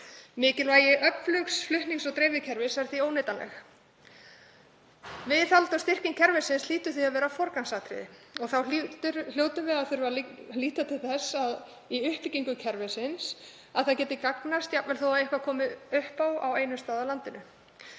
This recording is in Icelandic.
Mikilvægi öflugs flutnings- og dreifikerfis er því óumdeilt. Viðhald og styrking kerfisins hlýtur því að vera forgangsatriði og þá hljótum við að þurfa að líta til þess í uppbyggingu kerfisins að það geti gagnast jafnvel þó að eitthvað komi upp á á einum stað á landinu.